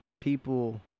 people